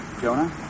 Jonah